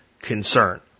concern